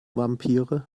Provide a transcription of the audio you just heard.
vampire